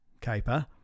caper